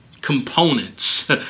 components